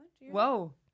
Whoa